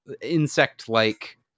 insect-like